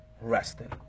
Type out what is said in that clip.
resting